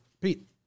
Pete